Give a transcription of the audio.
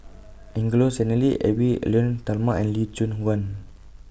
Angelo Sanelli Edwy Lyonet Talma and Lee Choon Guan